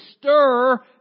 stir